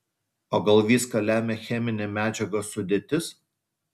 o gal viską lemia cheminė medžiagos sudėtis